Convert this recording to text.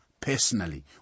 personally